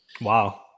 Wow